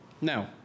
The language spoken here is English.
Now